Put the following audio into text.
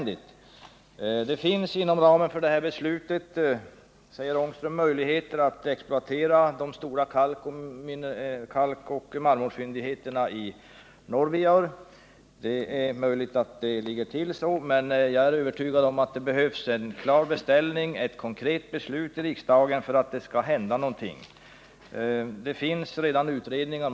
Det finns inom ramen för det här beslutet, säger Rune Ångström, möjligheter att exploatera de stora kalkoch marmorfyndigheterna i Norvijaur. Möjligen ligger det till på det sättet, men jag är övertygad om att det behövs en klar beställning, ett konkret beslut i riksdagen, för att det skall hända någonting. Det finns redan utredningar.